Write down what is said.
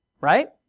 right